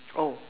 oh